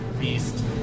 beast